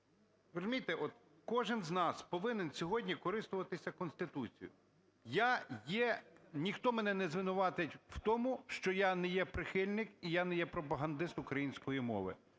от кожен з нас повинен сьогодні користуватися Конституцією. Я є… ніхто мене не звинуватить в тому, що я не є прихильник і я не пропагандист української мови.